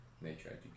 nature